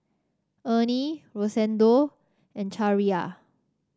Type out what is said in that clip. Ernie Rosendo and